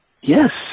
Yes